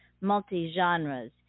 multi-genres